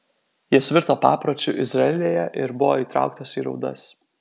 jos virto papročiu izraelyje ir buvo įtrauktos į raudas